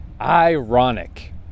Ironic